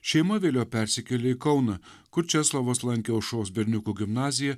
šeima vėliau persikėlė į kauną kur česlovas lankė aušros berniukų gimnaziją